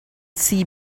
see